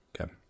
Okay